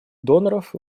доноров